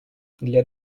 для